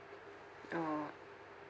orh